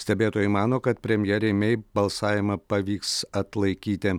stebėtojai mano kad premjerei mei balsavimą pavyks atlaikyti